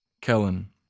Kellen